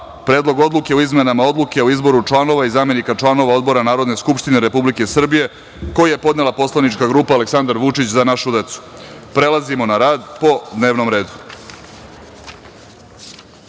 Predlog odluke o izmenama Odluke o izboru članova i zamenika članova Odbora Narodne skupštine Republike Srbije, koji je podnela poslanička grupa Aleksandar Vučić – Za našu decu. Prelazimo na rad po dnevnom